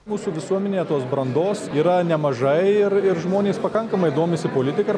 mūsų visuomenėje tos brandos yra nemažai ir ir žmonės pakankamai domisi politika ir